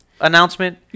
announcement